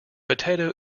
potato